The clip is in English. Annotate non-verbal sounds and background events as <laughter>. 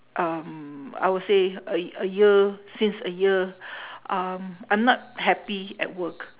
um I will say a y~ a year since a year <breath> um I'm not happy at work